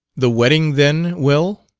the wedding, then, will?